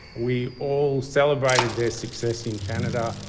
we all celebrated their success in canada,